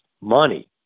money